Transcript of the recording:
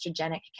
estrogenic